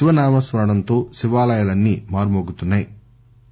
శివనామస్క రణతో శివాలయాలన్నీ మార్మో గుతున్నా యి